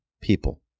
people